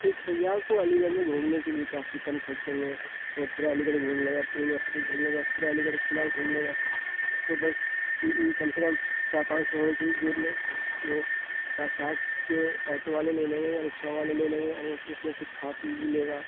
ایک سیاح کو علی گڑھ میں گھومنے کے لیے کافی کم خرچے میں وہ پورا علی گڑھ گھوم لے گا پورا یونیورسٹی گھوم لے گا پورا علی گڑھ قلعہ گھوم لے گا اس کو بس کم سے کم چار پانچ سو ہونا چاہیے جیب میں وہ کا ساٹھ کے آٹو والے لے لیں گے یا رکشے والے لے لیں گے اور وہ اس میں کچھ کھا پی بھی لے گا